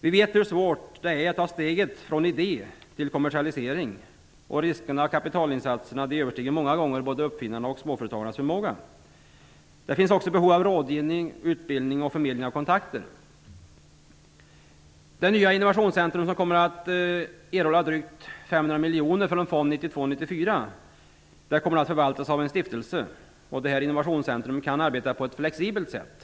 Vi vet hur svårt det är att ta steget från idé till kommersialisering. Riskerna och kapitalinsatserna överstiger många gånger både uppfinnarnas och småföretagarnas förmåga. Det finns också behov av rådgivning, utbildning och förmedling av kontakter. Det nya innovationscentrum, som kommer att erhålla drygt 500 miljoner kronor från Fond 92--94, skall förvaltas av en stiftelse. Det gör att man vid Innovationscentrum kan arbeta på ett flexibelt sätt.